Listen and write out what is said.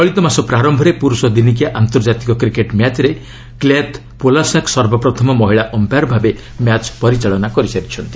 ଚଳିତ ମାସ ପ୍ରାରମ୍ଭରେ ପୁରୁଷ ଦିନିକିଆ ଆନ୍ତର୍ଜାତିକ କ୍ରିକେଟ୍ ମ୍ୟାଚ୍ରେ କ୍ଲେୟାତ ପୋଲୋସାକ୍ ସର୍ବପ୍ରଥମ ମହିଳା ଅମ୍ପାୟାର୍ ଭାବେ ମ୍ୟାଚ୍ ପରିଚାଳନା କରିସାରିଛନ୍ତି